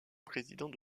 président